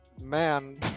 Man